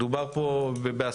דובר פה ובהסכמה,